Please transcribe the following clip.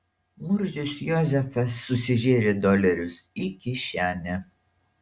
murzius jozefas susižėrė dolerius į kišenę